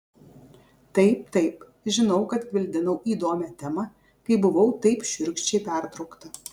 taip taip žinau kad gvildenau įdomią temą kai buvau taip šiurkščiai pertraukta